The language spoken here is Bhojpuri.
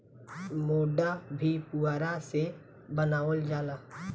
मोढ़ा भी पुअरा से बनावल जाला